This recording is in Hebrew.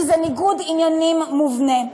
כי זה ניגוד עניינים מובנה.